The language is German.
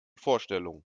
vorstellung